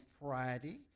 Friday